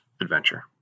adventure